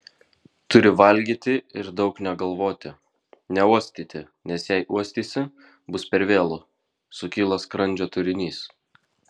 turi valgyti ir daug negalvoti neuostyti nes jei uostysi bus per vėlu sukyla skrandžio turinys